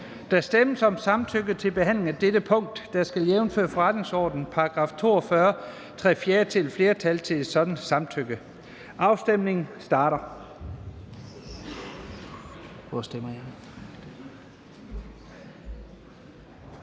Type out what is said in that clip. Der stemmes om samtykke til behandling af dette punkt. Der skal jævnfør forretningsordenens § 42 tre fjerdedeles flertal til et sådant samtykke. Kl. 18:00 Afstemning Første